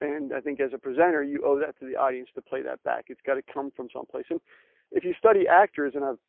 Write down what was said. and i think, as a presenter, you owe that to the audience, to play that back. it's got to come from some place and if you study actors, and i've